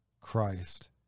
Christ